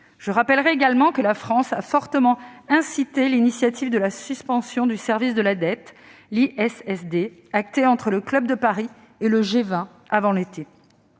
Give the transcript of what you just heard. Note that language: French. Je rappelle également que la France a fortement appuyé l'initiative de suspension du service de la dette, l'ISSD, actée entre le Club de Paris et le G20 avant l'été.